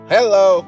Hello